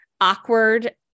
awkward